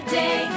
day